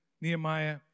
Nehemiah